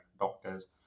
doctors